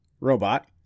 robot